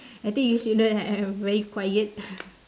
I think you should know that I am very quiet